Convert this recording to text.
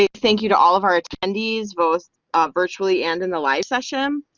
ah thank you to all of our attendees both virtually and in the live session.